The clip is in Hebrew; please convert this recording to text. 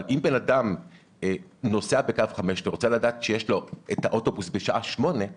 אבל אם אדם נוסע בקו 5 ורוצה לדעת שיש לו האוטובוס הנגיש בשעה 08:00,